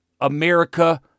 America